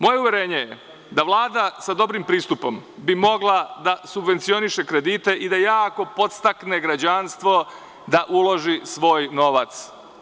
Moje uverenje je da bi Vlada sa dobrim pristupom mogla da subvencioniše kredite i da jako podstakne građanstvo da uloži svoj novac.